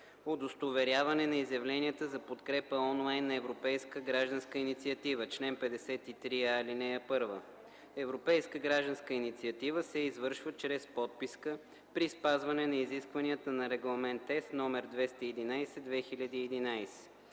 Удостоверяване на изявленията за подкрепа онлайн на европейска гражданска инициатива Чл. 53а. (1) Европейска гражданска инициатива се извършва чрез подписка при спазване на изискванията на Регламент (ЕС) № 211/2011.